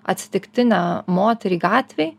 atsitiktinę moterį gatvėj